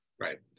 Right